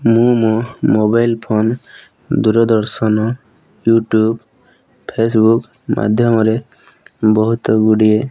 ମୁଁ ମୋ mobile phone Doordarshan YouTube Facebook ମାଧ୍ୟମରେ ବହୁତ ଗୁଡ଼ିଏ